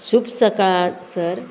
शुभ सकाळ सर